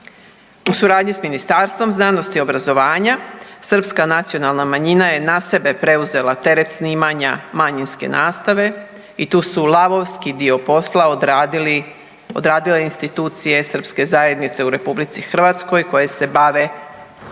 U suradnji sa Ministarstvom znanosti i obrazovanja Srpska nacionalna manjina je na sebe preuzela teret snimanja manjinske nastave i tu su lavovski dio posla odradile institucije srpske zajednice u RH koje se bave